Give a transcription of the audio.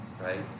right